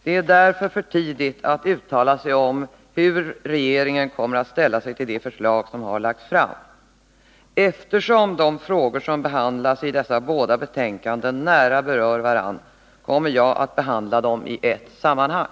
Det är därför för tidigt att uttala sig om hur regeringen kommer att ställa sig till de förslag som har lagts fram. Eftersom de frågor som behandlas i dessa 183 betänkanden nära berör varandra kommer jag att behandla dem i ett sammanhang.